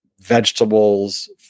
vegetables